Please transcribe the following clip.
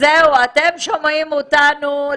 אתם שומעים אותנו.